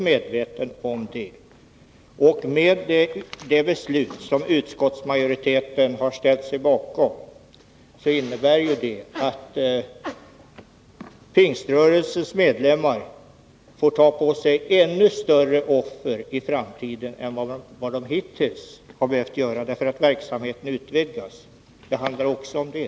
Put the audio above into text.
Men det förslag som utskottsmajoriteten har ställt sig bakom innebär ju att Pingströrelsens medlemmar får ta på sig ännu större offer i framtiden än vad de hittills har behövt göra, därför att verksamheten utvecklas. Det handlar också om det.